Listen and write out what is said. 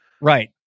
Right